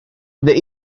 they